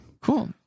cool